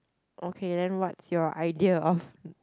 okay then what's your idea of